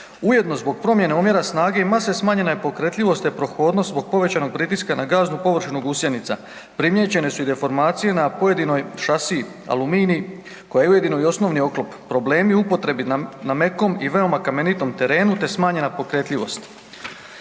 Ujedno zbog promjene omjere snage i mase smanjena je pokretljivost te prohodnost zbog povećanog pritiska na gaznu površinu gusjenica, primijećene su i deformacije na pojedinoj šasiji, aluminij, koja je ujedino i osnovni oklop, problemi u upotrebi na mekom i veoma kamenitom terenu te smanjena pokretljivost.